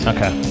Okay